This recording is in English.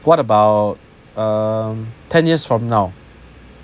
what about um ten years from now